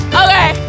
okay